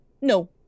No